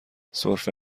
سرفه